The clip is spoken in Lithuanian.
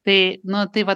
tai nu tai va